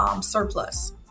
surplus